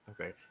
Okay